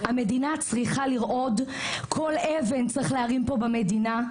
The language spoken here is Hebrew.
המדינה צריכה לרעוד, כל אבן צריך להרים פה במדינה.